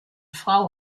frau